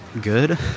good